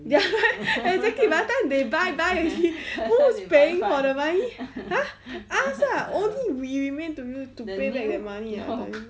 ya right exactly by the time they bye bye already who is paying for the money !huh! us lah only we remain to to pay back the money ah I tell you